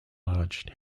large